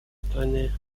стране